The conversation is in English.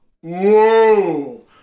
Whoa